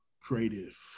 creative